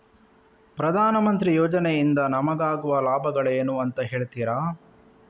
ಪ್ರಧಾನಮಂತ್ರಿ ಯೋಜನೆ ಇಂದ ನಮಗಾಗುವ ಲಾಭಗಳೇನು ಅಂತ ಹೇಳ್ತೀರಾ?